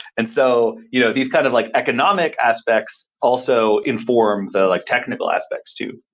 and so, you know these kind of like economic aspects also inform the like technical aspects too.